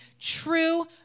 true